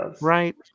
right